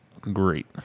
great